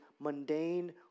mundane